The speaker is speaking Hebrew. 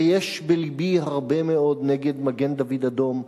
ויש בלבי הרבה מאוד נגד מגן-דוד-אדום,